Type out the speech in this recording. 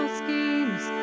schemes